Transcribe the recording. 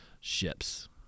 ships